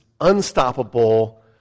unstoppable